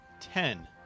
ten